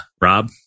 Rob